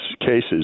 cases